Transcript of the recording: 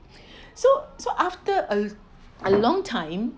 so so after a a long time